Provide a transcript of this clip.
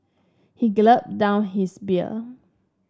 he gulped down his beer